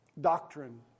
doctrine